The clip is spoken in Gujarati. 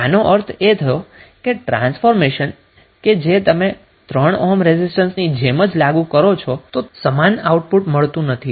આનો અર્થ એ થયો કે ટ્રાન્સફોર્મેશન કે જે તમે 3 ઓહ્મ રેઝિસ્ટન્સની જેમ જ લાગુ કરો તો સમાન આઉટપુટ મળતું નથી